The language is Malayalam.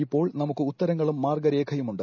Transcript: ഇപ്പോൾ നമുക്ക് ഉത്തരങ്ങളും മാർഗരേഖയുമുണ്ട്